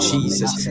Jesus